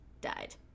died